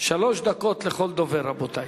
שלוש דקות לכל דובר, רבותי.